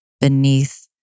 beneath